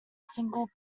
single